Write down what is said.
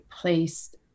placed